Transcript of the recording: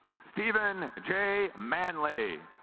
steven j manley